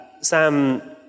Sam